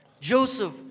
Joseph